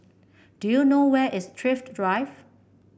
do you know where is Thrift Drive